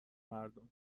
مردم